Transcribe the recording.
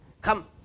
come